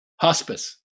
hospice